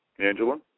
Angela